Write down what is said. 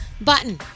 Button